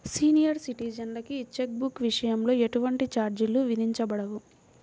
senior సిటిజన్లకి cheque బుక్ల విషయంలో ఎటువంటి ఛార్జీలు విధించబడవు